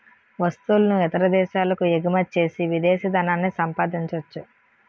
వస్తువులను ఇతర దేశాలకు ఎగుమచ్చేసి విదేశీ ధనాన్ని సంపాదించొచ్చు